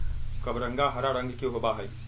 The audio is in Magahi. कबरंगा हरा रंग के होबा हई